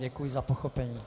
Děkuji za pochopení.